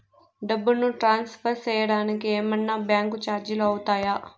డబ్బును ట్రాన్స్ఫర్ సేయడానికి ఏమన్నా బ్యాంకు చార్జీలు అవుతాయా?